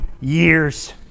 years